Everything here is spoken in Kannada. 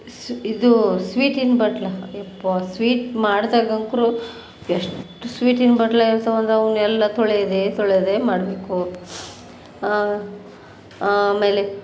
ಸು ಇದು ಸ್ವೀಟಿಂದು ಬಟ್ಲು ಯಪ್ಪಾ ಸ್ವೀಟ್ ಮಾಡ್ತಾಗಂತೂ ಎಷ್ಟು ಸ್ವೀಟಿಂದ ಬಟ್ಟಲೇ ಇರ್ತಾವೆಂದ್ರೆ ಅವನ್ನೆಲ್ಲ ತೊಳೆಯದೇ ತೊಳೆಯದೇ ಮಾಡಬೇಕು ಆಮೇಲೆ